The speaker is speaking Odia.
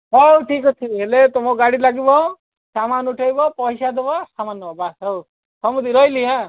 ହଉ ଠିକ୍ ଅଛି ହେଲେ ତୁମ ଗାଡ଼ି ଲାଗିବ ସାମାନ ଉଠେଇବ ପଇସା ଦେବ ସାମାନ ନେବ ବାସ୍ ହଉ ସମୁଦି ରହିଲି ହାଁ